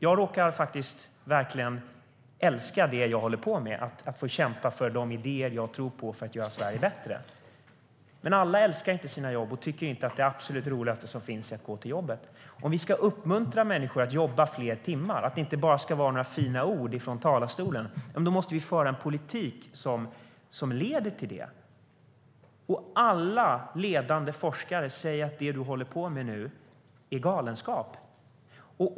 Jag råkar faktiskt älska det jag håller på med, att få kämpa för de idéer jag tror på för att göra Sverige bättre, men alla älskar inte sina jobb och tycker inte att det absolut roligaste som finns är att gå till jobbet. Om vi ska uppmuntra människor att jobba fler timmar och det inte bara ska vara några fina ord från talarstolen måste vi föra en politik som leder till det. Alla ledande forskare säger att det Magdalena Andersson håller på med nu är galenskap.